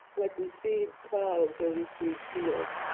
like we seed clouds or we seed fields,